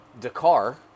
Dakar